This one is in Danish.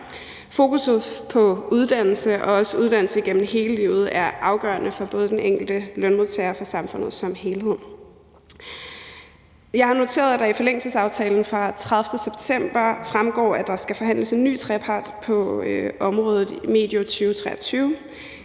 Fokuset på uddannelse og også uddannelse gennem hele livet er afgørende for både den enkelte lønmodtager og for samfundet som helhed. Jeg har noteret, at der i forlængelsesaftalen af 30. september fremgår, at der skal forhandles en ny trepart på området medio 2023.